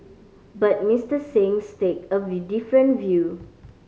but Mister Singh stake of different view